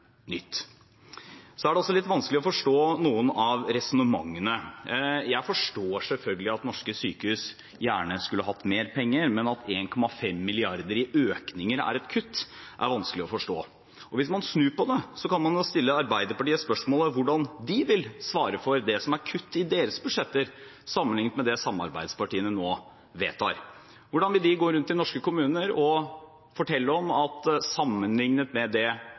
så mange ganger at han etter hvert må begynne å bli hes. Det er jo ikke noe nytt at sosialdemokratiet vet best, men at Martin Kolberg også vet bedre enn samarbeidspartiene hvordan samarbeidet er, det var kanskje nytt. Det er også litt vanskelig å forstå noen av resonnementene. Jeg forstår selvfølgelig at norske sykehus gjerne skulle hatt mer penger, men at 1,5 mrd. kr i økning er et kutt, er vanskelig å forstå. Og hvis man snur på det, kan man jo stille Arbeiderpartiet spørsmålet om hvordan de vil svare for det som